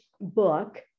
book